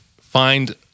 find